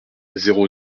zéro